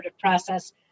process